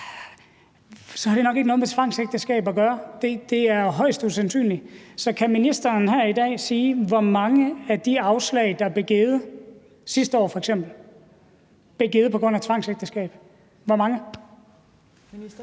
Så har det nok ikke noget med tvangsægteskab at gøre – det er højst usandsynligt. Så kan ministeren her i dag sige, hvor mange af de afslag, der blev givet f.eks. sidste år, som blev givet på grund af tvangsægteskaber? Hvor mange?